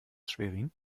schwerin